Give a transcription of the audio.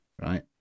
right